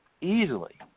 easily